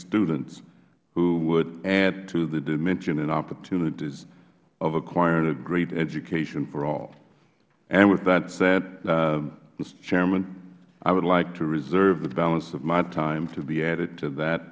students who would add to the dimension and opportunities of acquiring a great education for all with that said mister chairman i would like to reserve the balance of my time to be added to that